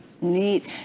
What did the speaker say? Neat